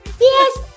Yes